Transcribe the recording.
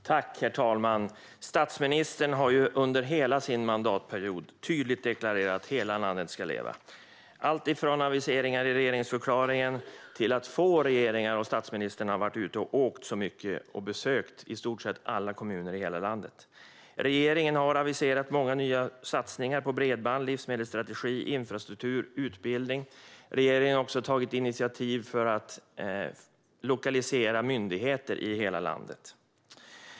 Herr talman! Statsministern har under hela sin mandatperiod tydligt deklarerat att hela landet ska leva. Det gäller alltifrån aviseringar i regeringsförklaringen till att få regeringar och statsministrar har varit ute och åkt så mycket och besökt i stort sett alla kommuner i hela landet. Regeringen har aviserat många nya satsningar på exempelvis bredband, livsmedelsstrategi, infrastruktur och utbildning. Regeringen har också tagit initiativ till att lokalisera myndigheter över hela landet.